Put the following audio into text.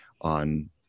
on